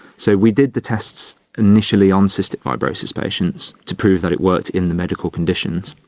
so we did the tests initially on cystic fibrosis patients to prove that it worked in the medical conditions.